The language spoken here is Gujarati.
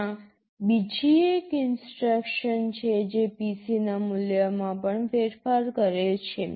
ત્યાં બીજી એક ઇન્સટ્રક્શન છે જે PC ના મૂલ્યમાં પણ ફેરફાર કરે છે